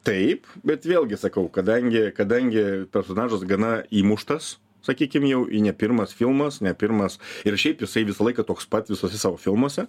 taip bet vėlgi sakau kadangi kadangi personažas gana įmuštas sakykim jau į ne pirmas filmas ne pirmas ir šiaip jisai visą laiką toks pat visuose savo filmuose